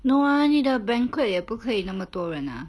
no ah 你的 banquet 也不可以那么多人啊